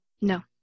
No